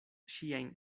ŝiajn